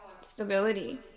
stability